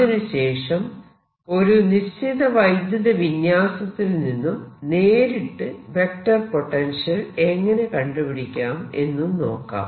അതിനുശേഷം ഒരു നിശ്ചിത വൈദ്യുത വിന്യാസത്തിൽ നിന്നും നേരിട്ട് വെക്ടർ പൊട്ടൻഷ്യൽ എങ്ങനെ കണ്ടുപിടിക്കാം എന്നും നോക്കാം